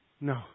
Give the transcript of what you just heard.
no